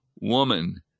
woman